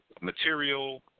material –